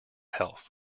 health